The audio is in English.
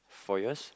four years